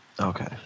Okay